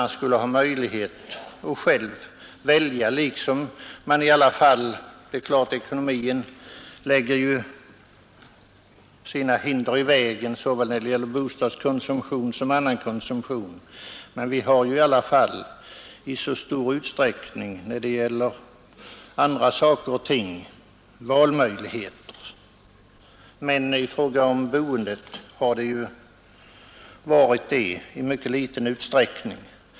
Man skulle ha möjlighet att själv välja, liksom man beträffande annan konsumtion i stor utsträckning har valmöjlighet, även om ekonomin naturligtvis lägger hinder i vägen när det gäller såväl bostadskonsumtion som annan konsumtion. I fråga om boendet har detta ju inte varit det största hindret.